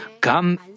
come